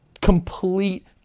complete